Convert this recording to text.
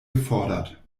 gefordert